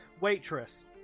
waitress